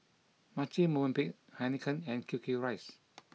Marche Movenpick Heinekein and Q Q Rice